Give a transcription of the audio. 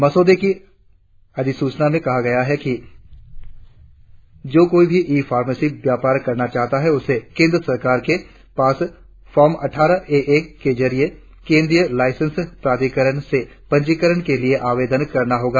मसौदे की अधिसूचना में कहा गया है जो कोई भी ई फार्मसी व्यापार करना चाहता है उसे केंद्र सरकार के पास फाँर्म अठ्ठारह ए ए के जरिए केंद्रीय लाईसेंसिंग प्राधिकरण से पंजीकरण के लिए आवेदन करना होगा